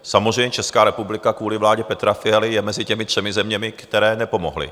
Samozřejmě Česká republika kvůli vládě Petra Fialy je mezi těmi třemi zeměmi, které nepomohly.